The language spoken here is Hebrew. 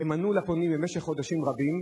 הם ענו לפונים במשך חודשים רבים: